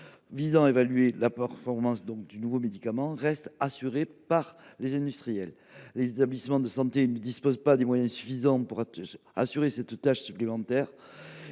visant à évaluer la performance des nouveaux médicaments reste assuré par les industriels. Les établissements de santé ne disposent pas des moyens suffisants pour assurer cette tâche supplémentaire.